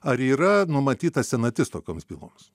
ar yra numatyta senatis tokioms byloms